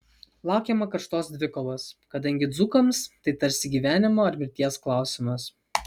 laukiama karštos dvikovos kadangi dzūkams tai tarsi gyvenimo ar mirties klausimas